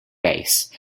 bass